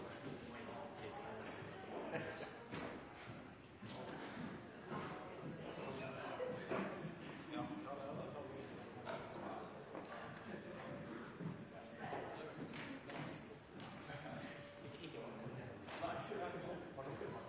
grad, ikke var